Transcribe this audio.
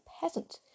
peasant